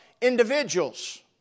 individuals